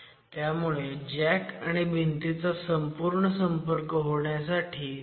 फट कापून झाल्यावर थोडं थांबावं लागतं कारण त्यानंतर येणारा भार परत एकदा नव्याने वितरित होतो आणि स्ट्रेस चा मार्गही नव्याने ठरतो